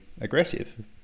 aggressive